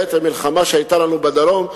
ראה את המלחמה שהיתה לנו בדרום,